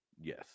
Yes